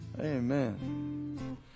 Amen